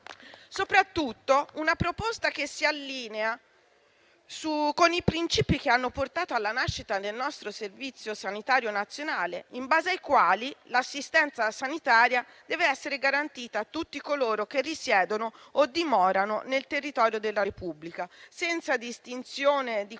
Soprattutto, è una proposta che si allinea con i principi che hanno portato alla nascita del nostro Servizio sanitario nazionale, in base ai quali l'assistenza sanitaria deve essere garantita a tutti coloro che risiedono o dimorano nel territorio della Repubblica, senza distinzione di